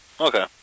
okay